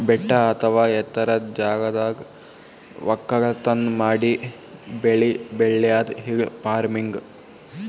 ಬೆಟ್ಟ ಅಥವಾ ಎತ್ತರದ್ ಜಾಗದಾಗ್ ವಕ್ಕಲತನ್ ಮಾಡಿ ಬೆಳಿ ಬೆಳ್ಯಾದೆ ಹಿಲ್ ಫಾರ್ಮಿನ್ಗ್